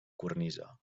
cornisa